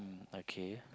okay